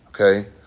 Okay